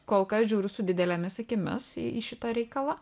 kol kas žiūriu su didelėmis akimis į į šitą reikalą